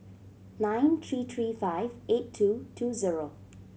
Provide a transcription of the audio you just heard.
nine three three five eight two two zero